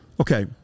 Okay